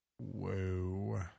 Whoa